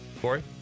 Corey